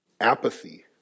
Apathy